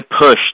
push